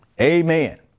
Amen